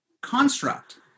construct